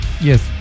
yes